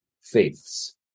faiths